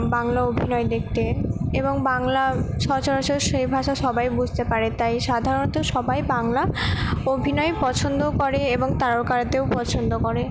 বাংলা অভিনয় দেখতে এবং বাংলা সচরাচর সেই ভাষা সবাই বুঝতে পারে তাই সাধারণত সবাই বাংলা অভিনয় পছন্দও করে এবং তারকারদেও পছন্দ করে